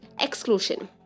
exclusion